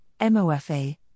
MOFA